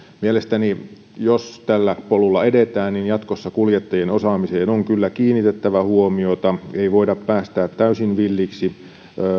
mielestäni jos tällä polulla edetään jatkossa kuljettajien osaamiseen on kyllä kiinnitettävä huomiota ei voida päästää täysin villiksi